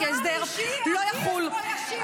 ההסדר לא יחול ----- לעניין אישי,